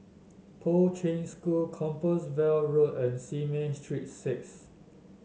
Poi Ching School Compassvale Road and Simei Street Six